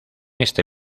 este